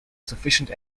sufficient